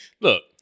Look